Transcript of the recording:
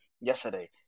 yesterday